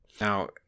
Now